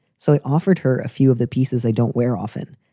so i offered her a few of the pieces i don't wear often,